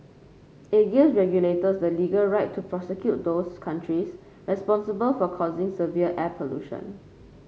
it gives regulators the legal right to prosecute those countries responsible for causing severe air pollution